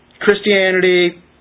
Christianity